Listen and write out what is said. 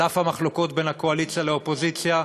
על אף המחלוקות בין הקואליציה לאופוזיציה,